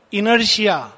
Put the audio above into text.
inertia